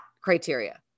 criteria